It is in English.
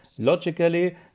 Logically